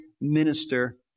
minister